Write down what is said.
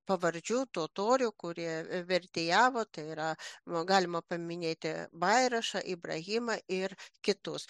pavardžių totorių kurie vertėjavo tai yra buvo galima paminėti bairaša ibrahimą ir kitus